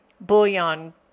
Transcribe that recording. bouillon